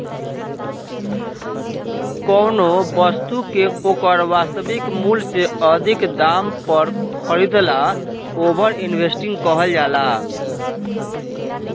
कौनो बस्तु के ओकर वास्तविक मूल से अधिक दाम पर खरीदला ओवर इन्वेस्टिंग कहल जाला